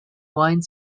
wine